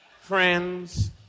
Friends